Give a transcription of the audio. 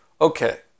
okay